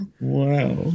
Wow